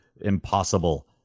impossible